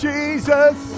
Jesus